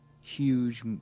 Huge